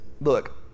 Look